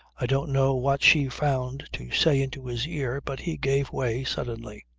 i don't know what she found to say into his ear, but he gave way suddenly.